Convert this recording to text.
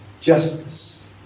justice